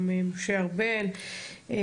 גם משה ארבל,